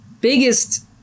biggest